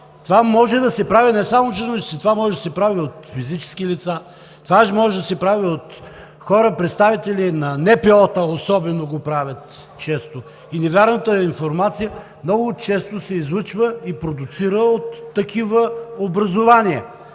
Това може да се прави не само от журналисти, това може да се прави от физически лица, това може да се прави от хора, представители на НПО-та, особено те го правят често и невярната информация много често се излъчва и продуцира от такива образувания,